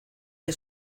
que